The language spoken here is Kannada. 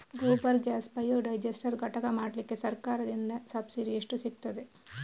ಗೋಬರ್ ಗ್ಯಾಸ್ ಬಯೋಡೈಜಸ್ಟರ್ ಘಟಕ ಮಾಡ್ಲಿಕ್ಕೆ ಸರ್ಕಾರದ ಸಬ್ಸಿಡಿ ಎಷ್ಟು ಸಿಕ್ತಾದೆ?